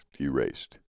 erased